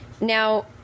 Now